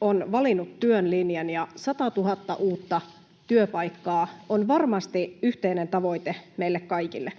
on valinnut työn linjan, ja 100 000 uutta työpaikkaa on varmasti yhteinen tavoite meille kaikille.